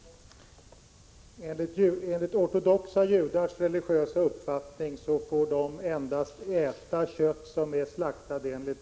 12 november 1986